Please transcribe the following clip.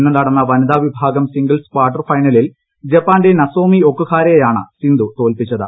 ഇന്ന് നടന്ന വനിതാവിഭാഗം സിംഗിൾസ് ക്വാർട്ടർ ഫൈനലിൽ ജപ്പാന്റെ നസോമി ഒകുഹാരെ യാണ് സിന്ധു തോൽപ്പിച്ചത്